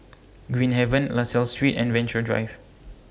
Green Haven La Salle Street and Venture Drive